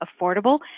affordable